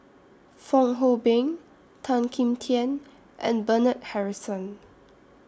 Fong Hoe Beng Tan Kim Tian and Bernard Harrison